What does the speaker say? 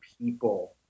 people